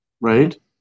right